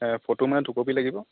photo মানে দুই copy লাগিব